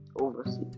overseas